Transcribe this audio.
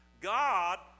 God